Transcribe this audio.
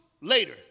later